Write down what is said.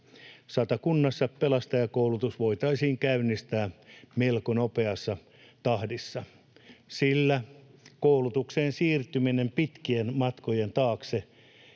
Satakunnassa pelastajakoulutus voitaisiin käynnistää melko nopeassa tahdissa, sillä siirtyminen koulutukseen pitkien matkojen taakse